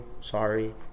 Sorry